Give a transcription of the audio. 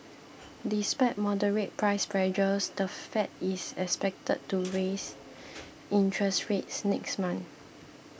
despite moderate price pressures the Fed is expected to raise interest rates next month